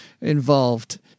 involved